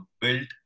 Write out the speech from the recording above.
built